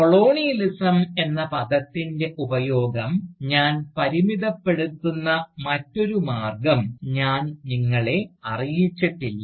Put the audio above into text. colonialism എന്ന പദത്തിൻറെ ഉപയോഗം ഞാൻ പരിമിതപ്പെടുത്തുന്ന മറ്റൊരു മാർഗം ഞാൻ നിങ്ങളെ അറിയിച്ചിട്ടില്ല